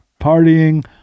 Partying